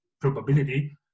probability